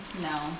No